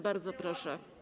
Bardzo proszę.